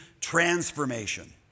transformation